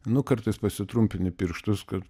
nu kartais pasitrumpini pirštus kad